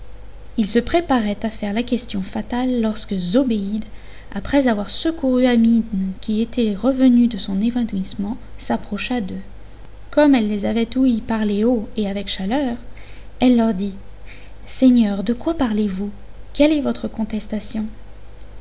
il se préparait à faire la question fatale lorsque zobéide après avoir secouru amine qui était revenue de son évanouissement s'approcha d'eux comme elle les avait ouïs parler haut et avec chaleur elle leur dit seigneurs de quoi parlez-vous quelle est votre contestation